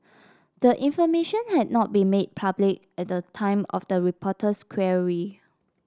the information had not been made public at the time of the reporter's query